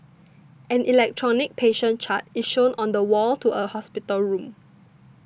an electronic patient chart is shown on the wall to a hospital room